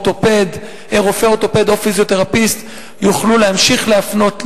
רופא אורתופד או פיזיותרפיסט יוכלו להמשיך להפנות להידרותרפיה,